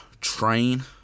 train